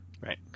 right